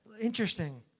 interesting